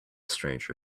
stranger